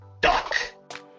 duck